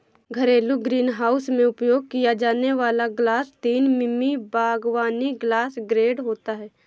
घरेलू ग्रीनहाउस में उपयोग किया जाने वाला ग्लास तीन मिमी बागवानी ग्लास ग्रेड होता है